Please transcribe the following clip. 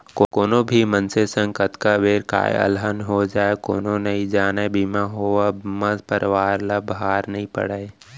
कोनो भी मनसे संग कतका बेर काय अलहन हो जाय कोनो नइ जानय बीमा होवब म परवार ल भार नइ पड़य